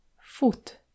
foot